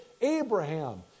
Abraham